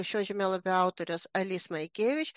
šio žemėlapio autorius alis majikėvię